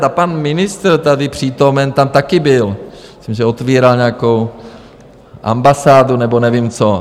A pan ministr tady přítomen tam taky byl, myslím, že otvíral nějakou ambasádu nebo nevím co.